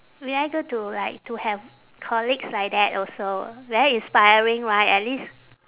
very good to like to have colleagues like that also very inspiring right at least